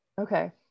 Okay